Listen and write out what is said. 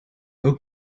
ook